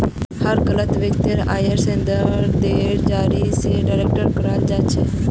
हर गलत वित्तीय आइर संदर्भ दरेर जरीये स डिटेक्ट कराल जा छेक